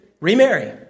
Remarry